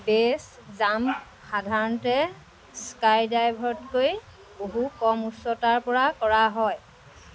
base jump সাধাৰণতে স্কাইড্ৰাইভতকৈ বহু কম উচ্চতাৰপৰা কৰা হয়